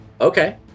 Okay